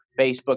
Facebook